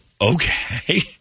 okay